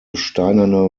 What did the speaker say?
steinerne